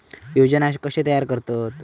योजना कशे तयार करतात?